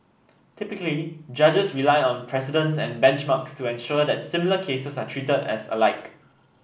typically judges rely on precedents and benchmarks to ensure that similar cases are treated as alike